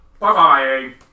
Bye-bye